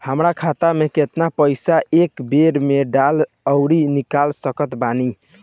हमार खाता मे केतना पईसा एक बेर मे डाल आऊर निकाल सकत बानी?